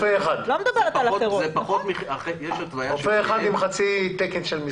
יחד עם זאת אנחנו עושים הכול כדי להכניס זאת.